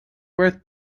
worth